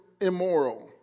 immoral